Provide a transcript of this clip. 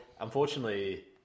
unfortunately